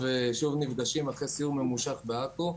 שוב נפגשים אחרי סיור ממושך בעכו.